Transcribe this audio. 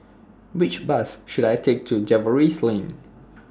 Which Bus should I Take to Jervois Lane